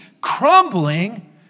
crumbling